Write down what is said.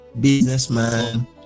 businessman